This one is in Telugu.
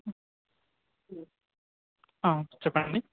చెప్పండి